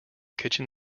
kitchen